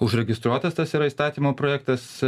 užregistruotas tas yra įstatymo projektas